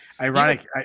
Ironic